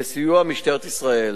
בסיוע משטרת ישראל.